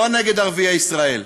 לא נגד ערביי ישראל,